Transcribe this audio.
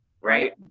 right